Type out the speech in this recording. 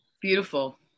Beautiful